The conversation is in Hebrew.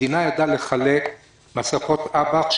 המדינה ידעה לחלק מסכות אב"כ,